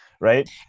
right